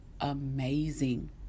amazing